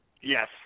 Yes